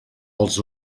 els